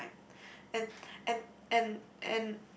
and and and and